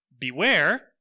Beware